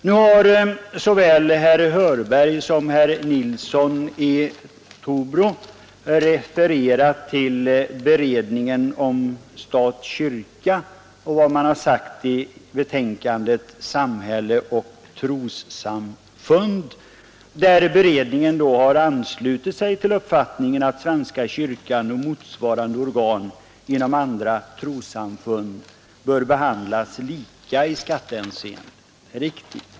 Nu har såväl herr Hörberg som herr Nilsson i Trobro refererat till beredningen om stat—kyrka och till vad man sagt i betänkandet Samhälle och trossamfund, där beredningen har anslutit sig till uppfattningen att svenska kyrkan och motsvarande organ inom andra trossamfund bör behandlas lika i skattehänseende. Det är riktigt.